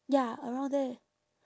ya around there